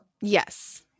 Yes